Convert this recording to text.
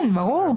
ברור.